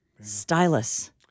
Stylus